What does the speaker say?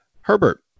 Herbert